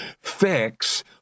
fix